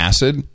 Acid